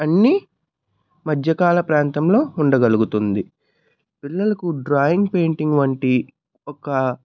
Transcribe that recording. అన్నీ మధ్యకాల ప్రాంతంలో ఉండగలుగుతుంది పిల్లలకు డ్రాయింగ్ పెయింటింగ్ వంటి ఒక